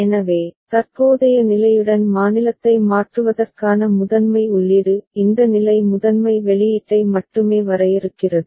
எனவே தற்போதைய நிலையுடன் மாநிலத்தை மாற்றுவதற்கான முதன்மை உள்ளீடு இந்த நிலை முதன்மை வெளியீட்டை மட்டுமே வரையறுக்கிறது